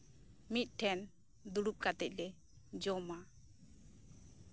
ᱢᱤᱫ ᱴᱷᱮᱱ ᱫᱩᱲᱩᱵ ᱠᱟᱛᱮᱜ ᱡᱚᱢᱟ